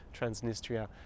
Transnistria